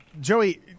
Joey